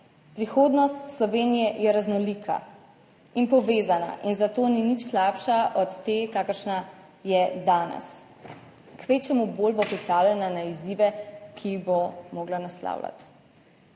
Prihodnost Slovenije je raznolika in povezana in zato ni nič slabša od te kakršna je danes. Kvečjemu bolj bo pripravljena na izzive, ki jih bo mogla naslavljati.